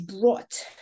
brought